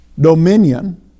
dominion